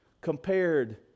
compared